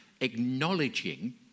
acknowledging